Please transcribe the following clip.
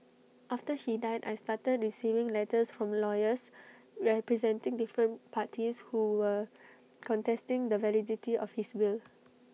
after he died I started receiving letters from lawyers representing different parties who were contesting the validity of his will